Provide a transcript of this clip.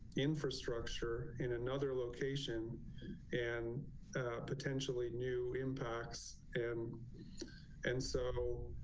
infrastructure in another location and potentially new impacts and and so